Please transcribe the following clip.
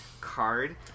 card